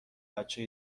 بچه